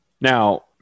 Now